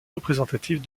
représentatives